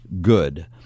good